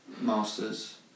Masters